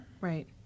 right